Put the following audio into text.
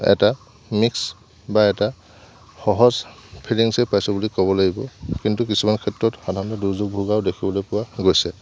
এটা মিক্স বা এটা সহজ ফিলিংছেই পাইছো বুলি ক'ব লাগিব কিন্তু কিছুমান ক্ষেত্ৰত সাধাৰণতে দুৰ্যোগ ভোগাও দেখিবলৈ পোৱা গৈছে